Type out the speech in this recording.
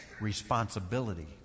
responsibility